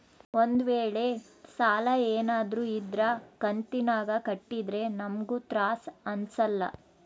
ಒಂದ್ವೇಳೆ ಸಾಲ ಏನಾದ್ರೂ ಇದ್ರ ಕಂತಿನಾಗ ಕಟ್ಟಿದ್ರೆ ನಮ್ಗೂ ತ್ರಾಸ್ ಅಂಸಲ್ಲ